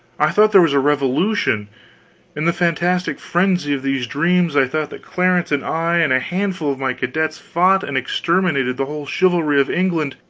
i thought there was a revolution in the fantastic frenzy of these dreams, i thought that clarence and i and a handful of my cadets fought and exterminated the whole chivalry of england!